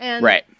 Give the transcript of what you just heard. Right